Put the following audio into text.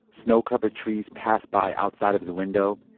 snow covered trees pass by outside of his window.